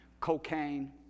cocaine